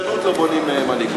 גם בקשקשנות לא בונים מנהיגות.